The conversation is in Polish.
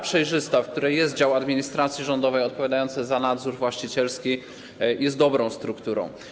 Przejrzysta struktura, w której jest dział administracji rządowej odpowiadający za nadzór właścicielski, jest dobrą strukturą.